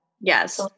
Yes